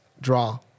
draw